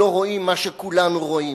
לא רואים מה שכולנו רואים.